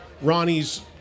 ronnie's